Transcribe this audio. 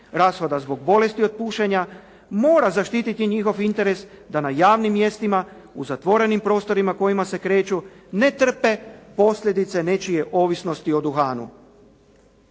rashoda zbog bolesti od pušenja mora zaštiti njihov interes da na javnim mjestima u zatvorenim prostorima u kojima se kreću ne trpe posljedice nečije ovisnosti o duhanu.